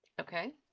Okay